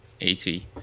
80